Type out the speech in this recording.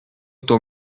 ton